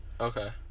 Okay